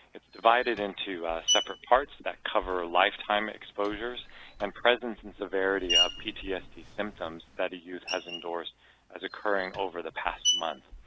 it's divided into separate parts that cover lifetime exposures and presence and severity of ptsd symptoms that a youth has endorsed as occurring over the past month.